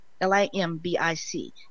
L-I-M-B-I-C